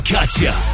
Gotcha